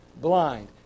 blind